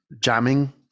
jamming